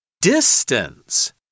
Distance